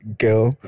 girl